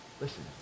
listen